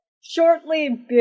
shortly